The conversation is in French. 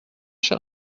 cher